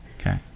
Okay